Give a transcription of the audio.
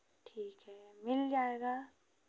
ठीक है मिल जाएगा